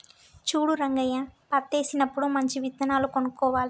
చూడు రంగయ్య పత్తేసినప్పుడు మంచి విత్తనాలు కొనుక్కోవాలి